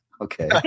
Okay